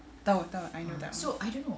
tahu tahu I know that one